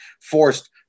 forced